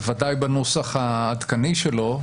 בוודאי בנוסח העדכני שלו,